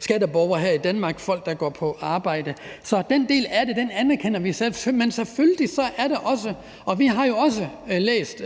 skatteborgere her i Danmark, altså folk, der går på arbejde. Så den del af det anerkender vi. Men vi har jo også læst